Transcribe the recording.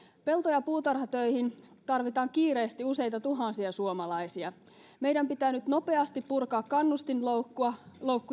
pelto ja puutarhatöihin tarvitaan kiireesti useita tuhansia suomalaisia meidän pitää nyt nopeasti purkaa kannustinloukkuja